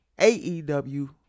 AEW